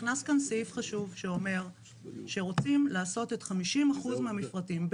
נכנס כאן סעיף חשוב שאומר שרוצים לעשות את 50% מהמפרטים,